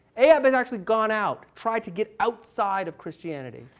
ahab had actually gone out, tried to get outside of christianity.